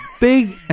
big